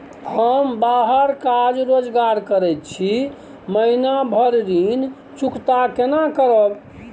हम बाहर काज रोजगार करैत छी, महीना भर ऋण चुकता केना करब?